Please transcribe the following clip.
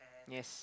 yes